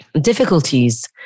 difficulties